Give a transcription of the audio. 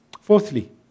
Fourthly